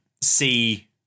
see